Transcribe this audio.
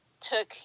took